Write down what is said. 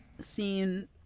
seen